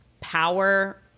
power